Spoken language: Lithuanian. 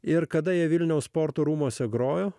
ir kada jie vilniaus sporto rūmuose grojo